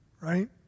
Right